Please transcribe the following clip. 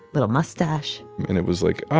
little moustache and it was like, oh,